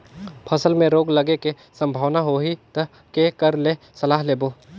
फसल मे रोग लगे के संभावना होही ता के कर ले सलाह लेबो?